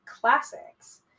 classics